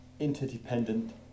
interdependent